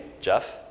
Jeff